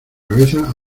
cabeza